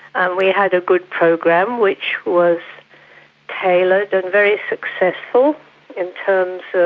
and we had a good program which was tailored and very successful in terms